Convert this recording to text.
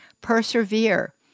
persevere